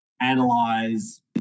analyze